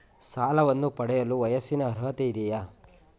ಸಾಲವನ್ನು ಪಡೆಯಲು ವಯಸ್ಸಿನ ಅರ್ಹತೆ ಇದೆಯಾ?